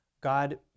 God